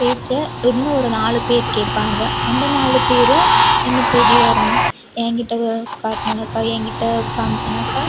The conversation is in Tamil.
பேச்சை இன்னும் ஒரு நாலு பேர் கேட்பாங்க அந்த நாலு பேரும் என்ன தேடி வரணும் என்கிட்ட காட்டுணுனாக்கா என்கிட்ட காம்ச்சோனாக்கா